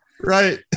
right